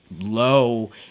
low